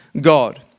God